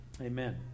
Amen